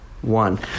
one